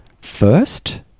first